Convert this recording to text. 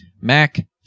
Mac